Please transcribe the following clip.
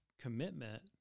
commitment